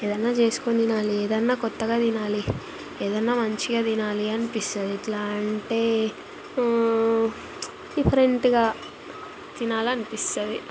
ఏదయినా చేసుకొని తినాలి ఏదయినా కొత్తగ తినాలి ఏదయినా మంచిగా తినాలి అనిపిస్తుంది ఎట్లా అంటే డిఫరెంటుగా తినాలి అనిపిస్తుంది